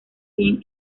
bien